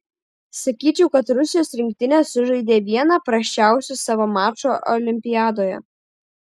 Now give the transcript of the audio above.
sakyčiau kad rusijos rinktinė sužaidė vieną prasčiausių savo mačų olimpiadoje